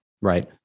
Right